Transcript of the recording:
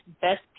Best